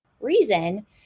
reason